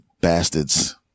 Bastards